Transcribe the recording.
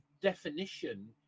definition